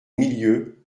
milieu